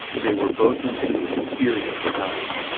they were both in tune with the spirit of the times.